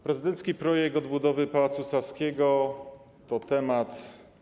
Prezydencki projekt odbudowy Pałacu Saskiego to duży temat.